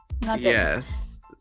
Yes